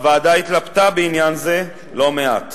הוועדה התלבטה בעניין זה לא מעט.